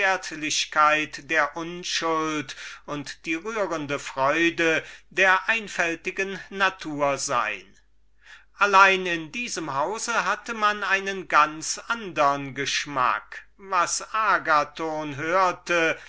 der unschuld und die rührende freude der einfältigen natur sein allein in diesem hause hatte man einen ganz andern geschmack was agathon hörte